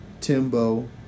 Timbo